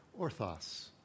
Orthos